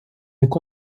яку